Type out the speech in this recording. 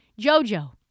JoJo